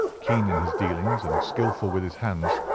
keen in his dealings and skilful with his hands.